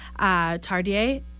Tardier